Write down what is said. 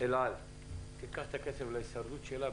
אל על תיקח את הכסף להישרדות שלה,